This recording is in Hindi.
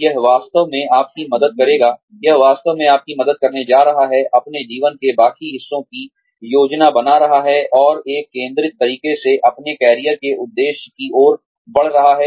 यह वास्तव में आपकी मदद करने जा रहा है अपने जीवन के बाकी हिस्सों की योजना बना रहा है और एक केंद्रित तरीके से अपने कैरियर के उद्देश्य की ओर बढ़ रहा है